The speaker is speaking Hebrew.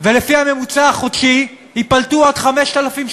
ולפי הממוצע החודשי ייפלטו עוד 5,000,